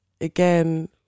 Again